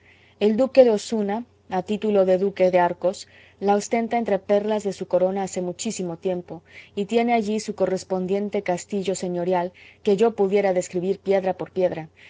el duque de osuna a título de duque de arcos la ostenta entre las perlas de su corona hace muchísimo tiempo y tiene allí su correspondiente castillo señorial que yo pudiera describir piedra por piedra